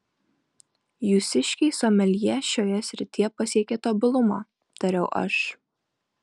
jūsiškiai someljė šioje srityje pasiekė tobulumą tariau aš